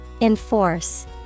Enforce